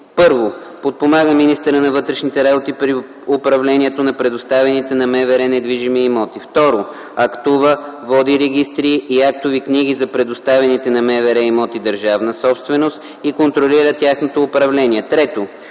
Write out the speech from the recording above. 1. подпомага министъра на вътрешните работи при управлението на предоставените на МВР недвижими имоти; 2. актува, води регистри и актови книги за предоставените на МВР имоти – държавна собственост, и контролира тяхното управление; 3.